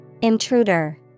Intruder